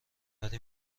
وری